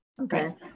Okay